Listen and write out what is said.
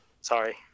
Sorry